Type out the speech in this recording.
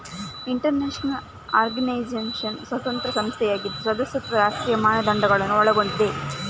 inter national organisation ಸ್ವತಂತ್ರ ಸಂಸ್ಥೆಯಾಗಿದ್ದು ಸದಸ್ಯತ್ವವು ರಾಷ್ಟ್ರೀಯ ಮಾನದಂಡಗಳನ್ನು ಒಳಗೊಂಡಿದೆ